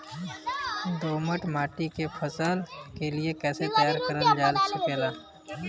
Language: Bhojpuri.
दोमट माटी के फसल के लिए कैसे तैयार करल जा सकेला?